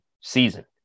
season